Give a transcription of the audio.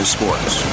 Sports